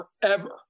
forever